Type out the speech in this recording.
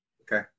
Okay